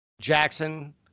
Jackson